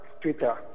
Twitter